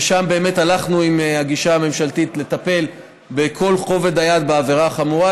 ושם באמת הלכנו עם הגישה הממשלתית: לטפל בכל כובד היד בעבירה החמורה,